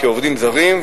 כעובדים זרים,